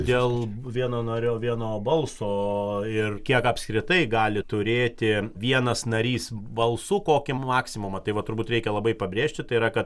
dėl vieno norėjau vieno balso o ir kiek apskritai gali turėti vienas narys balsu kokį maksimumą tai va turbūt reikia labai pabrėžti tai yra kad